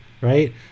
Right